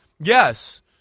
yes